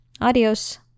adios